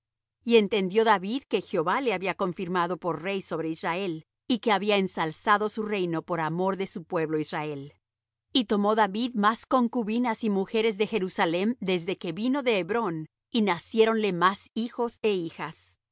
y entendió david que jehová le había confirmado por rey sobre israel y que había ensalzado su reino por amor de su pueblo israel y tomó david más concubinas y mujeres de jerusalem después que vino de hebrón y naciéronle más hijos é hijas